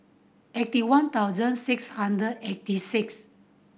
eighty one thousand six hundred eighty six